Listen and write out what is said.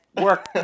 work